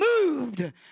moved